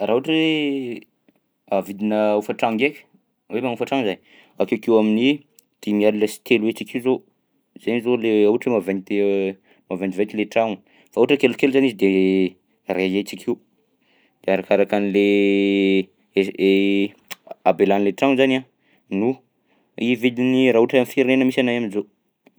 Raha ohatra hoe vidinà hofan-trano ndraika hoe manofa trano zay, akeokeo amin'ny dimy alina sy telo hetsy akeo zao, zay zao le ohatra hoe mavent- maventiventy le tragno fa ohatra hoe kelikely zany izy de iray hetsy akeo, de arakarakan'le es- habelan'le tragno zany a no i vidiny raha ohatra hoe am'firenena misy anay am'zao.